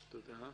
תודה.